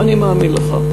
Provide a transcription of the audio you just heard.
ואני מאמין לך.